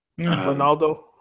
Ronaldo